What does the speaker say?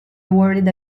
awarded